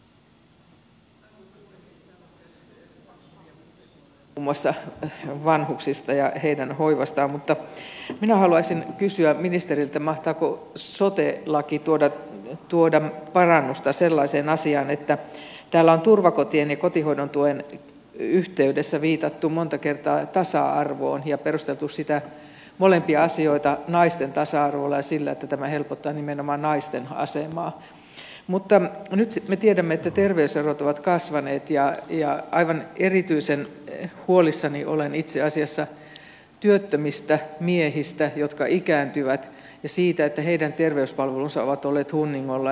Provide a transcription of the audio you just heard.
täällä on käytetty erinomaisen hyviä puheenvuoroja muun muassa vanhuksista ja heidän hoivastaan mutta minä haluaisin kysyä ministeriltä mahtaako sote laki tuoda parannusta sellaiseen asiaan kun täällä on turvakotien ja kotihoidon tuen yhteydessä viitattu monta kertaa tasa arvoon ja perusteltu näitä molempia asioita naisten tasa arvolla ja sillä että tämä helpottaa nimenomaan naisten asemaa mutta nyt sitten me tiedämme että terveyserot ovat kasvaneet ja aivan erityisen huolissani olen itse asiassa työttömistä miehistä jotka ikääntyvät ja siitä että heidän terveyspalvelunsa ovat olleet hunningolla